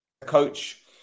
coach